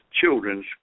children's